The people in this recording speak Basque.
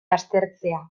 aztertzea